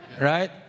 right